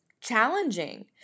challenging